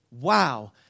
wow